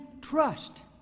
trust